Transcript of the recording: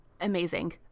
Amazing